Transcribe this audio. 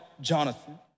Jonathan